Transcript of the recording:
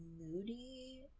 moody